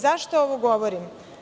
Zašto ovo govorim?